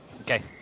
Okay